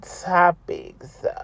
topics